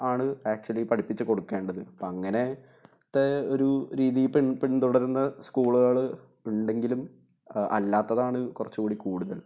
ആണ് ആക്ച്വലി പഠിപ്പിച്ചുകൊടുക്കേണ്ടത് ഇപ്പോള് അങ്ങനെത്തെ ഒരു രീതി പിന്തുടരുന്ന സ്കൂളുകള് ഉണ്ടെങ്കിലും അല്ലാത്തതാണ് കുറച്ചുകൂടി കൂടുതൽ